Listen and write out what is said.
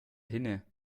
hinne